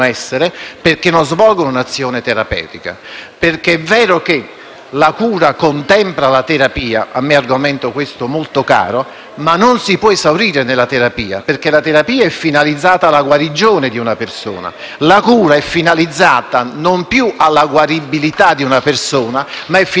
la cura contempla la terapia - argomento, questo, a me molto caro - ma non si può esaurire nella terapia; la terapia, infatti, è finalizzata alla guarigione di una persona, mentre la cura è finalizzata non più alla guaribilità di una persona, ma all'assistenza della persona laddove questa è inguaribile.